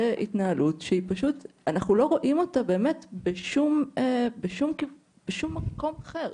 זה התנהלות שאנחנו לא רואים אותה בשום מקום אחר,